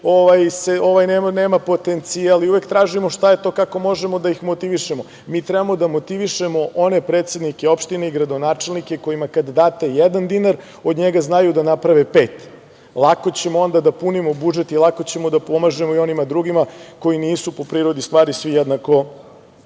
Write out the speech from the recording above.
ovaj nema potencijal i uvek tražimo šta je to, kako možemo da ih motivišemo. Mi treba da motivišemo one predsednike, opštine i gradonačelnike kojima kad date jedan dinar od njega znaju da naprave pet. Lako ćemo onda da punimo budžet i lako ćemo da pomažemo i onima drugima koji nisu po prirodi stvari svi jednako